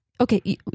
Okay